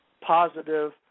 positive